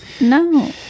No